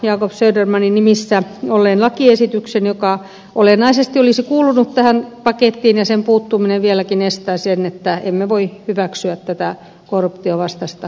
jacob södermanin nimissä olleen lakiesityksen joka olennaisesti olisi kuulunut tähän pakettiin ja sen puuttuminen vieläkin estää sen että voisimme hyväksyä tämän korruptionvastaisen sopimuksen